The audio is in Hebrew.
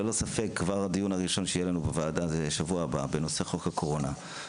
בשבוע הבא נקיים את הדיון הראשון בוועדה בנושא חוק הקורונה.